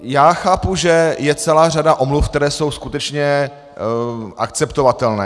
Já chápu, že je celá řada omluv, které jsou skutečně akceptovatelné.